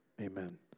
Amen